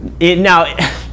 now